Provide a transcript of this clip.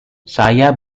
saya